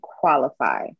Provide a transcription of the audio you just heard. qualify